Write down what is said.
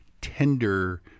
tender